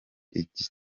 icyi